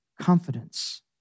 confidence